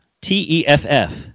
T-E-F-F